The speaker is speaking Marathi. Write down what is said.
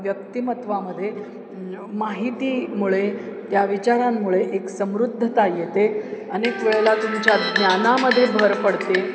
व्यक्तिमत्त्वामध्ये माहितीमुळे त्या विचारांमुळे एक समृद्धता येते अनेक वेळेला तुमच्या ज्ञानामध्ये भर पडते